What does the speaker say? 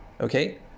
Okay